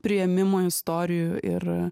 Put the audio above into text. priėmimo istorijų ir